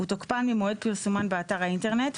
ותוקפן - ממועד פרסומן באתר האינטרנט,